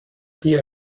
bier